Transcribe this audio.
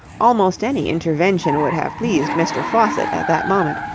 almost any intervention would have pleased mr. faucitt at that moment,